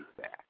back